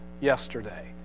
yesterday